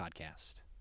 Podcast